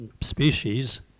species